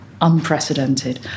unprecedented